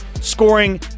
scoring